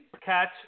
catch